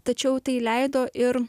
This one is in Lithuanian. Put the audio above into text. tačiau tai leido ir